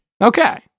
Okay